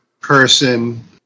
person